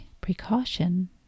precaution